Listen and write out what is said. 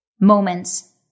moments